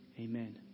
Amen